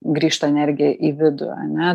grįžta energija į vidų ane